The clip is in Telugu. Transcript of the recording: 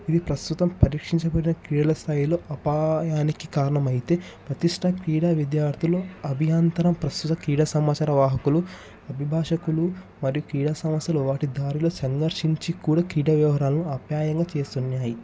ఇవి ప్రస్తుతం పరీక్షించబడడం క్రీడస్థాయిలో ఆపాయానికి కారణమైతే ప్రతిష్ట క్రీడా విద్యార్థులు అభ్యంతర ప్రస్తుత క్రీడా సంవత్సర వాహకులు అభిభాషకులు మరి క్రీడా సంస్థలు వాటి దారిలో సందర్శించి కూడా క్రీడా వ్యవహారాలను ఆప్యాయంగా చేస్తున్నాయి